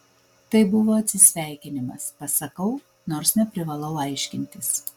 tai buvo atsisveikinimas pasakau nors neprivalau aiškintis